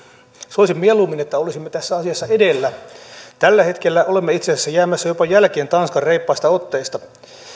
soisin mieluummin että olisimme tässä asiassa edellä tällä hetkellä olemme itse asiassa jäämässä jopa jälkeen tanskan reippaista otteista